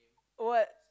what